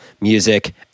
Music